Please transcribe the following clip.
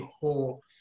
whole